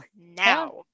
Now